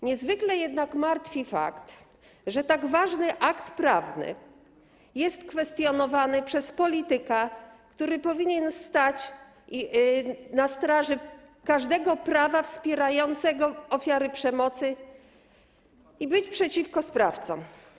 Niezwykle martwi jednak fakt, że tak ważny akt prawny jest kwestionowany przez polityka, który powinien stać na straży każdego prawa wspierającego ofiary przemocy i być przeciwko sprawcom.